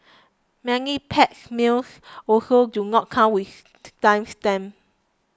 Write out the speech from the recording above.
many packed meals also do not come with time stamps